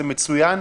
זה מצוין,